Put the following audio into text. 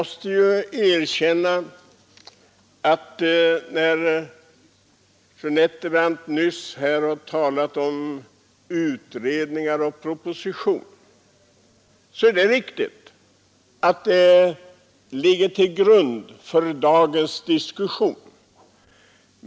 Fru andre vice talmannen Nettelbrandt talade nyss om utredningar och om propositioner, och jag måste erkänna att det är riktigt att det är material som ligger till grund för dagens diskussion.